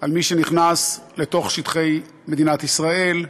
על מי שנכנס לתוך שטחי מדינת ישראל,